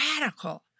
radical